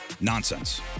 Nonsense